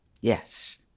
Yes